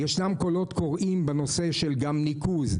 ישנם קולות קוראים גם בנושא ניקוז.